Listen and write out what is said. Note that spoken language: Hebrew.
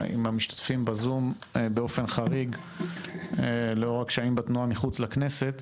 המשתתפים בזום באופן חריג לאור הקשיים בתנועה מחוץ לכנסת,